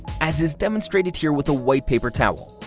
as is demonstrated here with a white paper towel.